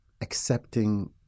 accepting